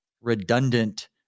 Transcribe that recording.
redundant